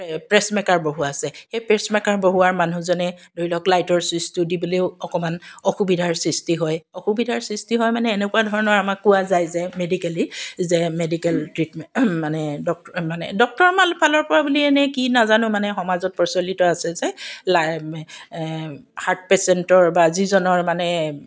pacemaker বহোৱা আছে সেই পেচমেকাৰ বহোৱা মানুহজনে ধৰি লওক লাইটৰ ছুইচটো দিবলৈয়ো অকণমান অসুবিধাৰ সৃষ্টি হয় অসুবিধাৰ সৃষ্টি হয় মানে এনেকুৱা ধৰণৰ আমাক কোৱা যায় যে মেডিকেলি যে মেডিকেল ট্ৰিটমেণ্ট মানে ডক্টৰ ফালৰ পৰা বুলিয়েই নে কি নাজানো মানে সমাজত প্ৰচলিত আছিল যে হাৰ্ট পেচেণ্টৰ বা যিজনৰ মানে